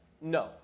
No